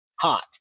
hot